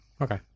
Okay